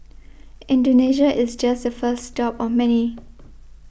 Indonesia is just the first stop of many